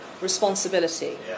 responsibility